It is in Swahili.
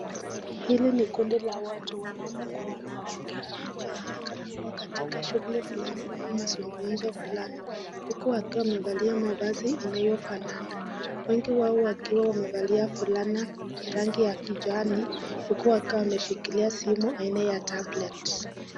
Hili ni kundi la watu wanaume kwa wanawake wanaonekana kuwa katika shughuli fulani au mazungumzo fulani huku wakiwa wamevalia mavazi inayofanana wengi wao wakiwa wamevalia fulana ya rangi ya kijani huku wakiwa wameshikilia simu aina ya tablet.